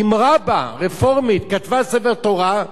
אם רבה רפורמית כתבה ספר תורה,